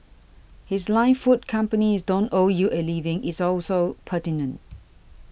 his line food companies don't owe you a living is also pertinent